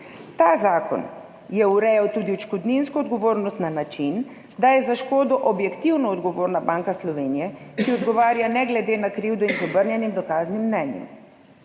Ta zakon je urejal tudi odškodninsko odgovornost na način, da je za škodo objektivno odgovorna Banka Slovenije, ki odgovarja ne glede na krivdo in z obrnjenim dokaznim mnenjem.